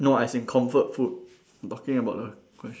no as in comfort food I'm talking about the ques~